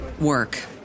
work